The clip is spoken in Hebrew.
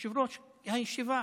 יושב-ראש הישיבה